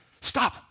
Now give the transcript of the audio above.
stop